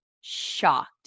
shocked